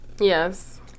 Yes